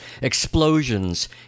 explosions